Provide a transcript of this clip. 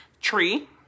Tree